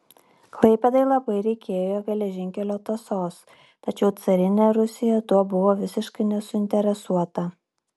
klaipėdai labai reikėjo geležinkelio tąsos tačiau carinė rusija tuo buvo visiškai nesuinteresuota